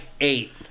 eight